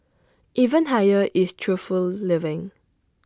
even higher is truthful living